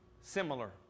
similar